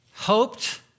hoped